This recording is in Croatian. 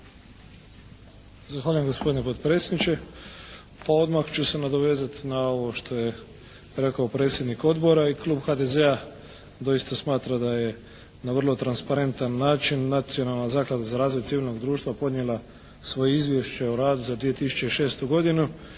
Zahvaljujem gospodine potpredsjedniče. Pa odmah ću se nadovezati na ovo što je rekao predsjednik odbora i klub HDZ-a doista smatra da je na vrlo transparentan način Nacionalna zaklada za razvoj civilnog društva podnijela svoje izvješće o radu za 2006. godinu